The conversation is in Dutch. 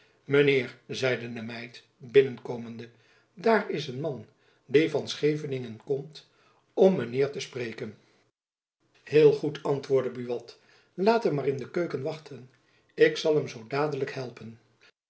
de meid binnen komende dair is een man die van scheiveningen komt om men heir te spreiken heel goed antwoordde buat laat hem maar in de keuken wachten ik zal hem zoo dadelijk helpen